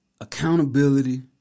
Accountability